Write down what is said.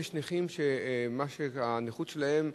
יש נכים שהנכות שלהם,